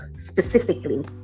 specifically